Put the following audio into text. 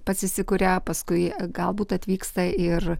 pats įsikuria paskui galbūt atvyksta ir